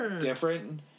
different